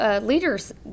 leaders